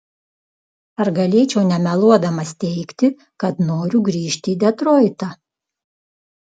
ar galėčiau nemeluodamas teigti kad noriu grįžti į detroitą